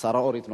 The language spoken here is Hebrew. השרה אורית נוקד.